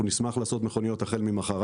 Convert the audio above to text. אנחנו נשמח לעשות מכוניות החל ממחר,